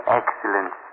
excellent